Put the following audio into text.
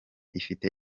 ifite